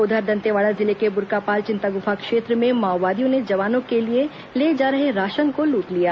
उधर दंतेवाड़ा जिले के बुर्कापाल चिंतागुफा क्षेत्र में माओवादियों ने जवानों के लिए ले जा रहे राशन को लूट लिया